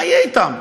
מה יהיה אתם?